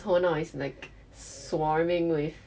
你的头脑 is like swarming with